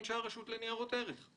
אנשי הרשות לניירות ערך.